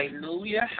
Hallelujah